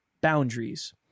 Boundaries